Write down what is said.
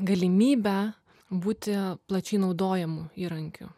galimybę būti plačiai naudojamu įrankiu